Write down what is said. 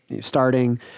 starting